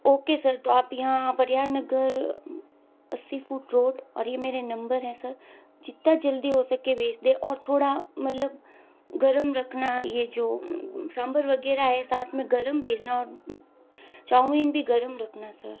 okay sir तो आप यहाँ परिहार नगर अस्सी फुट रोड और ये मेरे नम्बर हैं सर जितना जल्दी हो सके भेज दें और थोड़ा मतलब गर्म रखना यह जो सांभर वगैरह है साथ में गर्म भेजना और चाऊमीन भी गर्म रखना सर